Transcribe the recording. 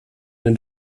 den